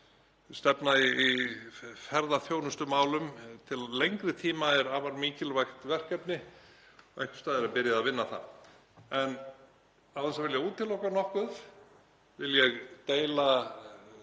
Stefna í ferðaþjónustumálum til lengri tíma er afar mikilvægt verkefni og einhvers staðar er byrjað að vinna það. En án þess að vilja útiloka nokkuð vil ég deila